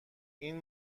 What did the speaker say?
این